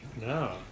No